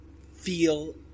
feel